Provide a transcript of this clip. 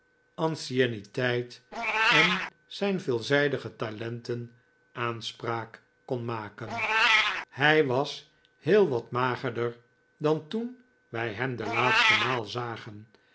ancienniteit en zijn veelzijdige talenten aanspraak kon maken hij was heel wat magerder dan toen wij hem de laatste maal zagen